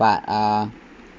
but uh